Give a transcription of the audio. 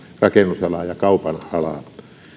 rakennusalaa ja kaupan alaa